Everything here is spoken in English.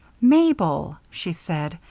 mabel! she said,